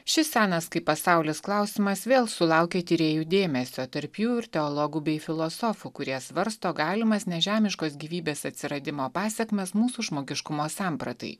šis senas kaip pasaulis klausimas vėl sulaukė tyrėjų dėmesio tarp jų ir teologų bei filosofų kurie svarsto galimas nežemiškos gyvybės atsiradimo pasekmes mūsų žmogiškumo sampratai